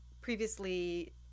previously